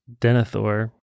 Denethor